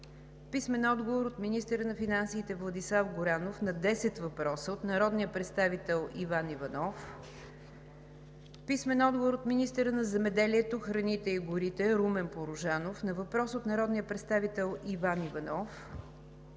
Мирчев. - министъра на финансите Владислав Горанов на десет въпроса от народния представител Иван Иванов; - министъра на земеделието, храните и горите Румен Порожанов на въпрос от народния представител Иван Иванов;